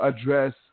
address